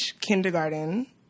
kindergarten